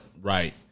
right